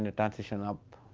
and transition up.